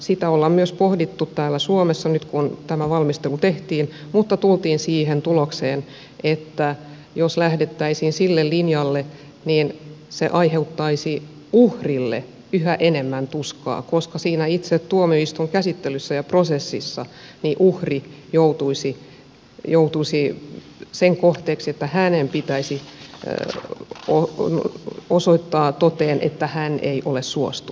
sitä olemme myös pohtineet täällä suomessa nyt kun tämä valmistelu tehtiin mutta tulimme siihen tulokseen että jos lähdettäisiin sille linjalle niin se aiheuttaisi uhrille yhä enemmän tuskaa koska siinä itse tuomioistuinkäsittelyssä ja prosessissa uhri joutuisi sen kohteeksi että hänen pitäisi osoittaa toteen että hän ei ole suostunut